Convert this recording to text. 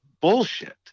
bullshit